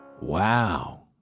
Wow